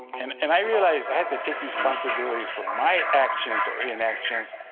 and and i realized i had to take responsibility for my actions or inactions.